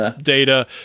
data